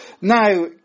now